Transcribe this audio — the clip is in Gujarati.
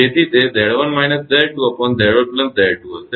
તેથી તે 𝑍1 − 𝑍2𝑍1 𝑍2 હશે